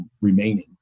remaining